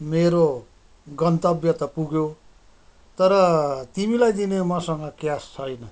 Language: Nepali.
मेरो गन्तव्य त पुग्यो तर तिमीलाई दिने मसँग क्यास छैन